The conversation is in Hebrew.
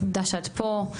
תודה שאת פה,